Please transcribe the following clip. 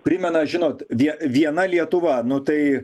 primena žinot vien viena lietuva nu tai